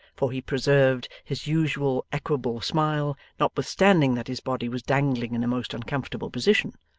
for he preserved his usual equable smile notwithstanding that his body was dangling in a most uncomfortable position,